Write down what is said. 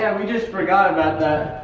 yeah we just forgot about